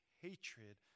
hatred